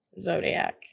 zodiac